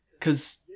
Cause